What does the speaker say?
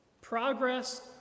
progress